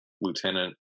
lieutenant